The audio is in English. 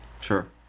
sure